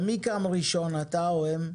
ומי הוקם ראשון אתה או הם?